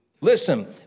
Listen